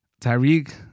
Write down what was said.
Tyreek